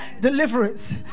deliverance